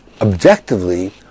objectively